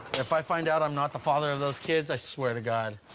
if i find out i'm not the father of those kids, i swear to god.